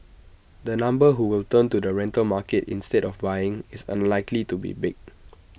the number who will turn to the rental market instead of buying is unlikely to be big